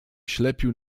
ślepił